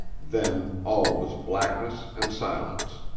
then all was blackness and silence.